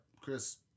Chris